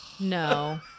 No